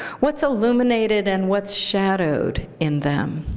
what's illuminated and what's shadowed in them,